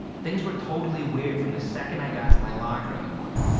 things were totally weird from the second i got to my locker in the morning.